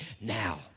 now